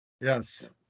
yes